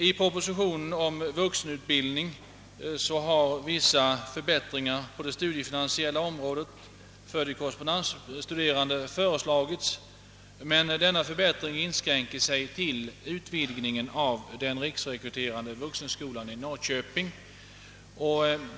I propositionen om vuxenutbildningen har vissa förbättringar på det studiefinansiella området för korrespondensstuderande föreslagits, men dessa inskränker sig till utvidgningen av den riksrekryterande vuxenskolan i Norrköping.